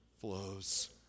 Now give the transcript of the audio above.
flows